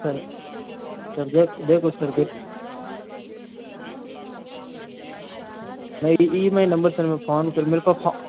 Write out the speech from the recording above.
sir sir bag उस पर bag में E M I number sir मेरे फोन पर मेरे पास फोन